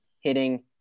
hitting